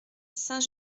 saint